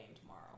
tomorrow